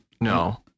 No